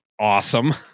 awesome